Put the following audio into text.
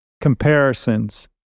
comparisons